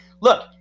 Look